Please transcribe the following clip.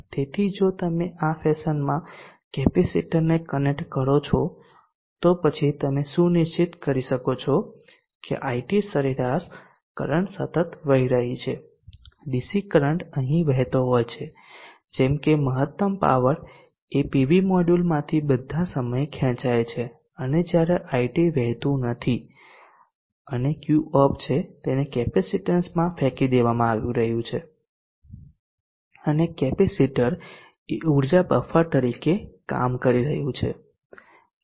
તેથી જો તમે આ ફેશનમાં કેપેસિટરને કનેક્ટ કરો છો તો પછી તમે સુનિશ્ચિત કરી શકો છો કે IT સરેરાશ કરંટ સતત વહી રહી છે ડીસી કરંટ અહીં વહેતો હોય છે જેમ કે મહત્તમ પાવર એ પીવી મોડ્યુલમાંથી બધા સમયે ખેંચાય છે અને જ્યારે IT વહેતું નથી અને Q ઓફ છે તેને કેપેસિટીન્સમાં ફેંકી દેવામાં આવી રહ્યું છે અને કેપેસિટર એ ઉર્જા બફર તરીકે કામ કરી રહ્યું છે